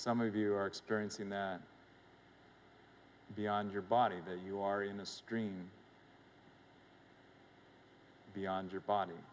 some of you are experiencing that beyond your body you are in the stream beyond your body